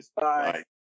Bye